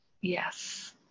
yes